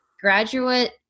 Graduate